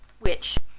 which,